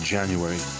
January